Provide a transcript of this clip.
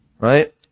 right